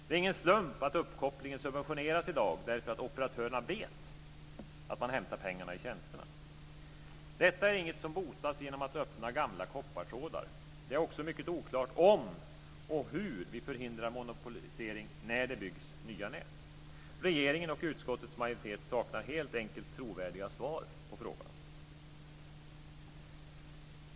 Det är ingen slump att uppkopplingen subventioneras i dag, därför att operatörerna vet att man hämtar pengarna i tjänsterna. Detta är inget som botas genom att öppna gamla koppartrådar. Det är också mycket oklart om och hur vi förhindrar monopolisering när det byggs nya nät. Regeringen och utskottets majoritet saknar helt enkelt trovärdiga svar på frågan.